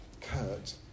Kurt